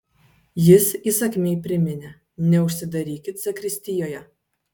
jis įsakmiai priminė neužsidarykit zakristijoje